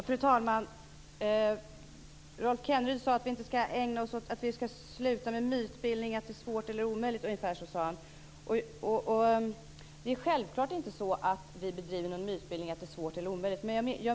Fru talman! Rolf Kenneryd sade att vi skall sluta med mytbildning om att det här är svårt eller omöjligt. Ungefär så sade han. Det är självklart inte så att vi bedriver någon mytbildning om att det är svårt eller omöjligt.